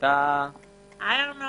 תודה רבה